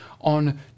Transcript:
on